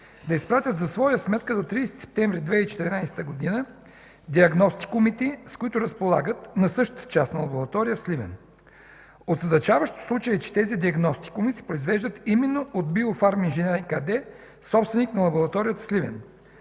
да изпратят за своя сметка до 30 септември 2014 г. диагностикомите, с които разполагат, на същата частна лаборатория в Сливен. Озадачаващо в случая е, че тези диагностикоми се произвеждат именно от „Биофарм-инежеринг” АД, собственик на лабораторията в Сливен.